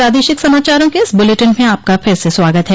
प्रादेशिक समाचारों के इस बुलेटिन में आपका फिर से स्वागत है